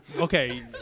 okay